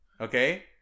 Okay